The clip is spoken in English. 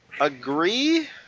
agree